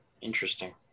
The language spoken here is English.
Interesting